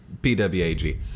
pwag